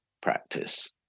practice